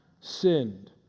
sinned